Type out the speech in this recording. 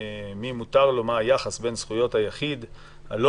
למי מותר ומה היחס בין זכויות היחיד הלא